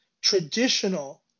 traditional